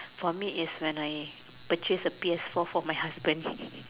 for is when I purchase a P_S four for my husband